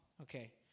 Okay